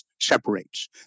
separates